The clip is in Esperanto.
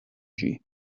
ĝin